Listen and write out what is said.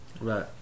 right